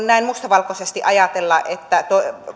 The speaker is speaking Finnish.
näin mustavalkoisesti ajatella että